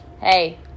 hey